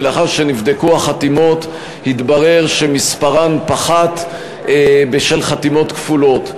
ולאחר שנבדקו החתימות התברר שמספרם פחת בשל חתימות כפולות.